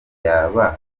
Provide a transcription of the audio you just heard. yaba